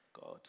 God